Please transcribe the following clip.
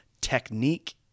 technique